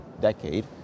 decade